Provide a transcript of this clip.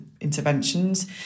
interventions